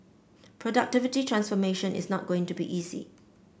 productivity transformation is not going to be easy